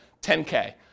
10K